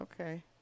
Okay